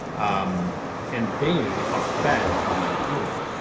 um and they are fed by butyrate,